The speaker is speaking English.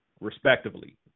respectively